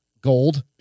gold